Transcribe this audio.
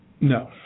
No